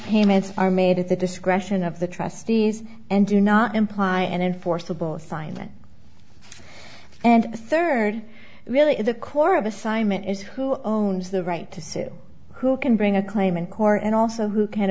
payments are made at the discretion of the trustees and do not imply an enforceable assignment and a third really is the core of assignment is who owns the right to sue who can bring a claim in court and also who can